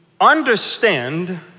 understand